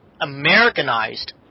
Americanized